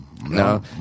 no